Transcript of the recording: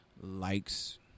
likes